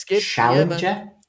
Challenger